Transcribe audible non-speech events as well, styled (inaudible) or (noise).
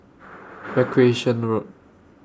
(noise) Recreation Road